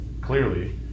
clearly